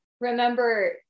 remember